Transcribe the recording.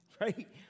Right